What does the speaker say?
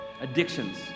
addictions